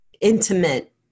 intimate